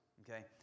okay